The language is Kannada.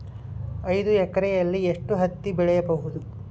ಐದು ಎಕರೆಯಲ್ಲಿ ಎಷ್ಟು ಹತ್ತಿ ಬೆಳೆಯಬಹುದು?